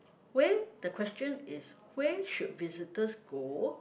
where the question is where should visitors go